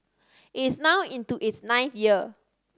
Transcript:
it is now into its ninth year